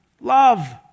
love